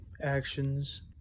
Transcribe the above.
actions